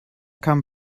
come